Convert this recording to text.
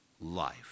life